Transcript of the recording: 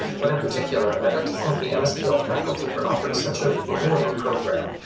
but in particular i'd like to thank the mspl faculty for offering such a rewarding program.